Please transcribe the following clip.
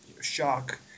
shock